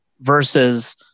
versus